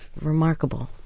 remarkable